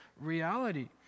reality